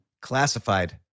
Classified